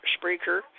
speaker